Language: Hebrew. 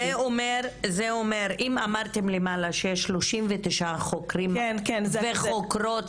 אם אמרתם קודם שיש 39 חוקרים וחוקרות